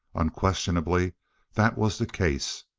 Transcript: unquestionably that was the case.